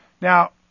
now